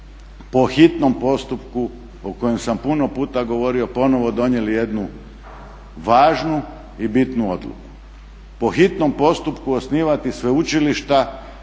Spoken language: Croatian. po hitnom postupku o kojem sam puno puta govorio ponovno donijeli jednu važnu i bitnu odluku. Po hitnom postupku osnivati sveučilišta